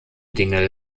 dinge